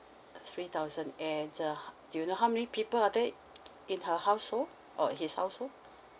uh three thousand and uh do you know how many people are there in her household or his household